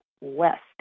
west